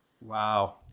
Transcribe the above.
Wow